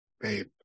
Babe